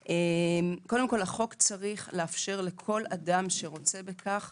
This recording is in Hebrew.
קודם כל, החוק צריך לאפשר לכל אדם שרוצה בכך